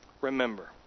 Remember